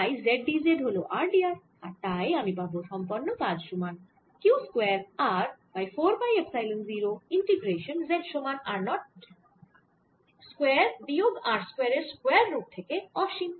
তাই z d z হল r d r আর তাই আমি পাবো সম্পন্ন কাজ সমান q square r by 4 pi epsilon 0 integration z সমান r 0 স্কয়ার বিয়োগ R স্কয়ার এর স্কয়ার রুট থেকে অসীম